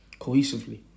cohesively